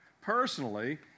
personally